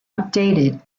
updated